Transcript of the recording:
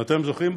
אם אתם זוכרים,